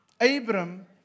Abram